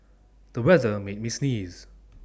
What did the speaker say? the weather made me sneeze